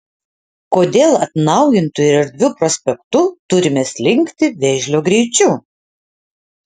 kodėl atnaujintu ir erdviu prospektu turime slinkti vėžlio greičiu